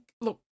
look